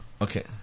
Okay